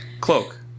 cloak